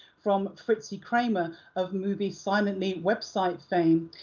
from fritzi kramer of movies silently website fame,